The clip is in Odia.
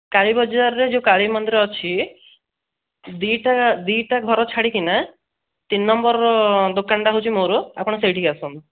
କାଳୀବଜାରରେ ଯେଉଁ କାଳୀମନ୍ଦିର ଅଛି ଦୁଇଟା ଦୁଇଟା ଘର ଛାଡ଼ିକିନା ତିନି ନମ୍ବର୍ ଦୋକାନଟା ହେଉଛି ମୋର ଆପଣ ସେଇଠିକୁ ଆସନ୍ତୁ